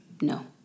no